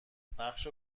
بخش